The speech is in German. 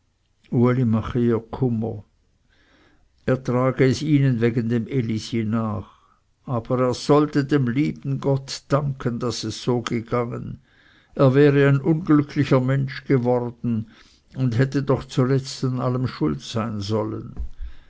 er trage es ihnen wegen dem elisi nach aber er sollte dem lieben gott danken daß es so gegangen er wäre ein unglücklicher mensch geworden und hätte doch zuletzt an allem schuld sein sollen